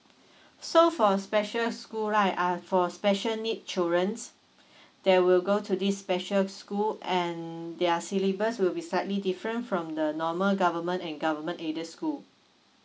so for a special school right uh for special need children's there will go to this special school and their syllabus will be slightly different from the normal government and government aided school